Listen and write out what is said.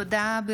תודה.